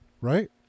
right